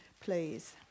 please